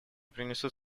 принесут